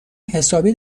حسابی